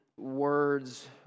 words